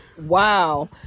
Wow